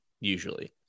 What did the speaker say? usually